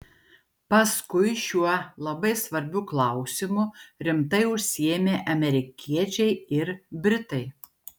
paskui šiuo labai svarbiu klausimu rimtai užsiėmė amerikiečiai ir britai